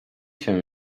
się